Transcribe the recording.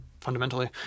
fundamentally